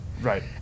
Right